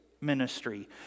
ministry